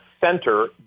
center